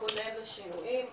להתכונן לשינויים.